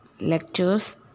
lectures